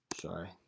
sorry